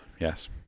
Yes